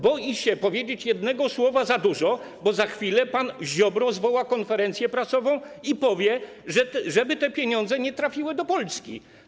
Boi się powiedzieć jedno słowo za dużo, bo za chwilę pan Ziobro zwoła konferencję prasową i powie, żeby te pieniądze nie trafiły do Polski.